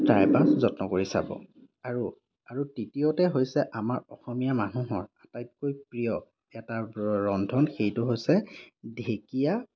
try বা যত্ন কৰি চাব আৰু আৰু তৃতীয়তে হৈছে আমাৰ অসমীয়া মানুহৰ আটাইতকৈ প্ৰিয় এটা ৰন্ধন সেইটো হৈছে ঢেঁকীয়া